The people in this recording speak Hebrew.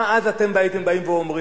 מה אז אתם הייתם אומרים?